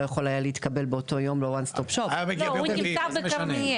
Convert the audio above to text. היה יכול להתקבל באותו יום ל-ONE STOP SHOP. הוא נמצא בכרמיאל,